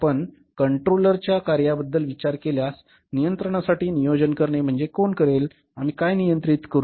आपण कंट्रोलरच्या कार्यांबद्दल विचार केल्यास नियंत्रणासाठी नियोजन करणे म्हणजे कोण करेल आम्ही काय नियंत्रित करू